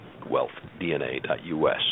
wealthdna.us